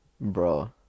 Bro